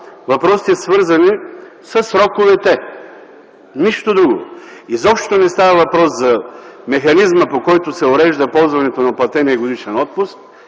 въпросите, свързани със сроковете. Нищо друго! Изобщо не става въпрос за механизма, по който се урежда ползването на платения годишен отпуск